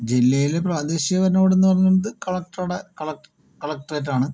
ജില്ലയിലെ പ്രാദേശിക ഭരണകൂടം എന്ന് പറയുന്നത് കളക്ടറുടെ കളക്ട് കളക്ടറേറ്റ് ആണ്